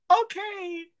okay